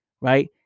right